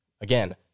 Again